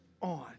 on